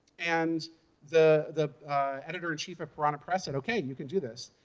and the the editor-in-chief of piranha press said, ok, you can do this,